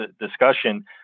discussion